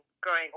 growing